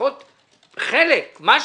לפחות חלק, משהו.